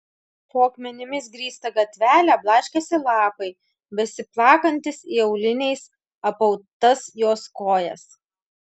po akmenimis grįstą gatvelę blaškėsi lapai besiplakantys į auliniais apautas jos kojas